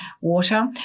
water